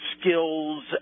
skills